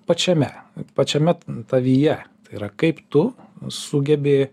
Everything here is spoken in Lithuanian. pačiame pačiame tavyje yra kaip tu sugebi